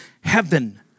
heaven